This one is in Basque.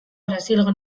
brasilgo